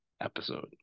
episode